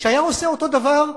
שהיה עושה אותו דבר,